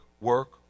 work